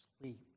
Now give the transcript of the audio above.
sleep